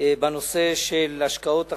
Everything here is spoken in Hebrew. בנושא של השקעות אחראיות,